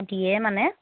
দিয়ে মানে